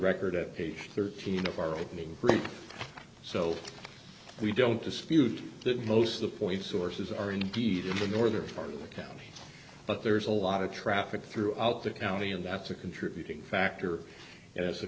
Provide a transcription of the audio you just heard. record at page thirteen of our opening brief so we don't dispute that most of the points sources are indeed in the northern part of the county but there is a lot of traffic throughout the county and that's a contributing factor as